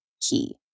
key